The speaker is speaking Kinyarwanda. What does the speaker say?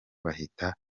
bahita